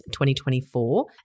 2024